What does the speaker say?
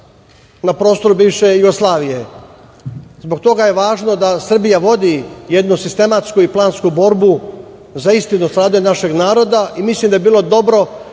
na prostoru bivše Jugoslavije. Zbog toga je važno da Srbija vodi jednu sistematsku i plansku borbu za istinu o stradanju našeg naroda. Mislim da bi bilo dobro